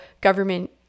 government